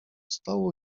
stołu